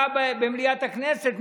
במליאת הכנסת.